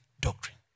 doctrine